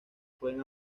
pueden